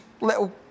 little